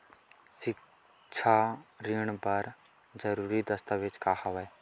सिक्छा ऋण बर जरूरी दस्तावेज का हवय?